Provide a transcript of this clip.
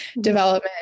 development